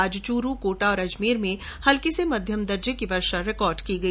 आज चूरू कोटा और अजमेर में हल्की से मध्यम दर्जे की वर्षा रिकॉर्ड की गई